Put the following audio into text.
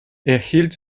erhielt